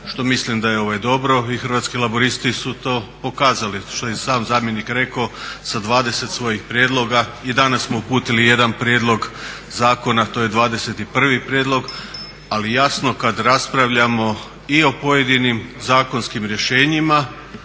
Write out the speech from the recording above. što mislim da je dobro i Hrvatski laburisti su to pokazali što je i sam zamjenik rekao sa 20 svojih prijedloga. I danas smo uputili jedan prijedlog zakona to je 21 prijedlog, ali jasno kad raspravljamo i o pojedinim zakonskim rješenjima